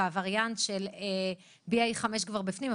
והווריאנט של BA.5 כבר בפנים,